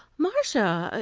marcia!